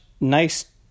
nice